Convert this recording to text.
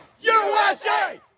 USA